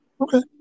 Okay